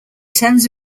terms